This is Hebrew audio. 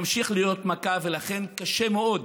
זה ממשיך להיות מכה, ולכן קשה מאוד